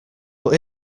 but